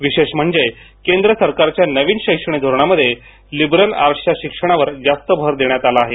विशेष म्हणजे केंद्र सरकारच्या नवीन शिक्षण धोरणामध्ये लिबरल आर्टस्च्या शिक्षणावर जास्त भर देण्यात आला आहे